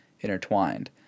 intertwined